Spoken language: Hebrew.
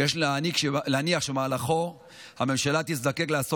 שיש להניח שבמהלכו הממשלה תזדקק לעשות